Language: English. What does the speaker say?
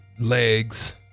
legs